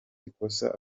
ikosa